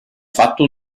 fatto